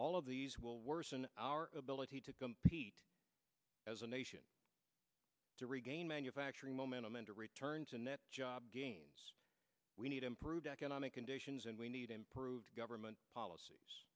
all of these will worsen our ability to compete as a nation to regain manufacturing momentum and to return to net job gains we need improved economic conditions and we need improved government polic